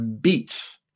beats